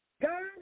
God